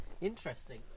interesting